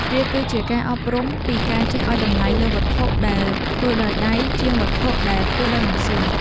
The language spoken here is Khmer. វាគឺជាការអប់រំពីការចេះឱ្យតម្លៃលើវត្ថុដែលធ្វើដោយដៃជាងវត្ថុដែលធ្វើដោយម៉ាស៊ីន។